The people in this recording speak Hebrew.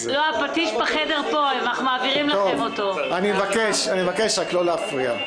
אני מבקש רק לא להפריע.